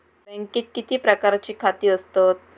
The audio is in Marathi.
बँकेत किती प्रकारची खाती असतत?